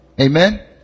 Amen